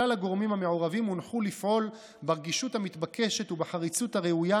כלל הגורמים המעורבים הונחו לפעול ברגישות המתבקשת ובחריצות הראויה